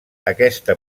aquesta